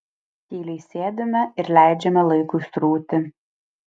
tyliai sėdime ir leidžiame laikui srūti